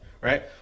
Right